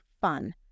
fun